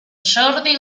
jordi